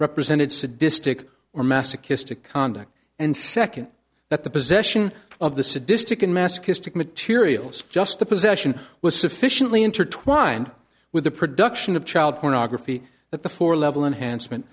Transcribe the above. represented sadistic or masochistic conduct and second that the possession of the sadistic and masochistic materials just the possession was sufficiently intertwined with the production of child pornography that the four level enhancement